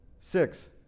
Six